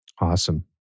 Awesome